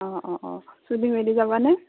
অঁ অঁ অঁ চুলি মেলি যাবানে